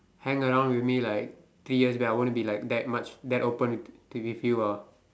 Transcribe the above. hang around with me like three years back I wouldn't be like that much that open to with you ah